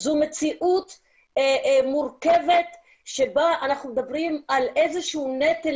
זו מציאות מורכבת שבה אנחנו מדברים על איזה שהוא נטל